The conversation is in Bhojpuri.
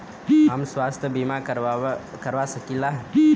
हम स्वास्थ्य बीमा करवा सकी ला?